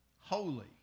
holy